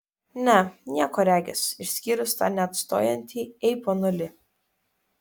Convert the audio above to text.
ne nieko regis išskyrus tą neatstojantį ei ponuli